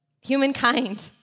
Humankind